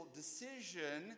decision